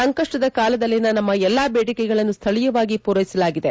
ಸಂಕಷ್ಟದ ಕಾಲದಲ್ಲಿನ ನಮ್ಮ ಎಲ್ಲ ಬೇಡಿಕೆಗಳನ್ನು ಸ್ವಳೀಯವಾಗಿ ಪೂರೈಸಲಾಗಿದೆ